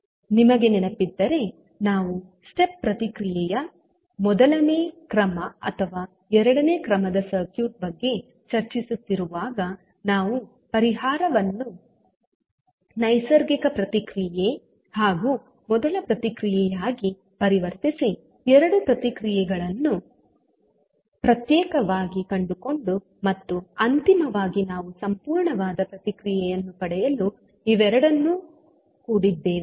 ನಿಮಗೆ ನೆನಪಿದ್ದರೆ ನಾವು ಸ್ಟೆಪ್ ಪ್ರತಿಕ್ರಿಯೆಯ ಮೊದಲನೇ ಕ್ರಮ ಅಥವಾ ಎರಡನೇ ಕ್ರಮದ ಸರ್ಕ್ಯೂಟ್ ಬಗ್ಗೆ ಚರ್ಚಿಸುತ್ತಿರುವಾಗ ನಾವು ಪರಿಹಾರವನ್ನು ನೈಸರ್ಗಿಕ ಪ್ರತಿಕ್ರಿಯೆ ಹಾಗೂ ಮೊದಲ ಪ್ರತಿಕ್ರಿಯೆಯಾಗಿ ಪರಿವರ್ತಿಸಿ ಎರಡೂ ಪ್ರತಿಕ್ರಿಯೆಗಳನ್ನು ಪ್ರತ್ಯೇಕವಾಗಿ ಕಂಡುಕೊಂಡು ಮತ್ತು ಅಂತಿಮವಾಗಿ ನಾವು ಸಂಪೂರ್ಣವಾದ ಪ್ರತಿಕ್ರಿಯೆಯನ್ನು ಪಡೆಯಲು ಇವೆರಡನ್ನೂ ಕೂಡಿದ್ದೇವೆ